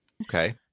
Okay